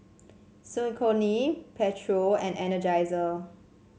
Saucony Pedro and Energizer